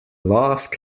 laughed